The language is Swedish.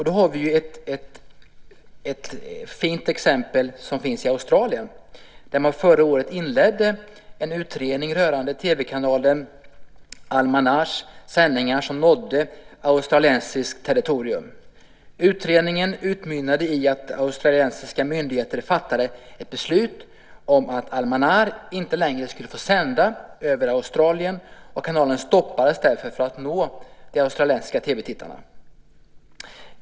Då har vi ett fint exempel från Australien, där man förra året inledde en utredning rörande TV-kanalen al-Manars sändningar som nådde australiskt territorium. Utredningen utmynnade i att de australiska myndigheterna fattade beslut om att al-Manar inte längre skulle få sända över Australien. Kanalen stoppades därför från att nå de australiska TV-tittarna.